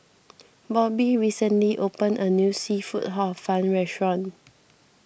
Bobby recently opened a new Seafood Hor Fun restaurant